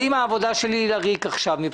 האם העבודה שלי עכשיו היא לריק מבחינתך?